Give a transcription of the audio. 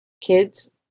kids